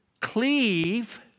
cleave